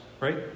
Right